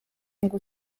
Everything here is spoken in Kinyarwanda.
ngo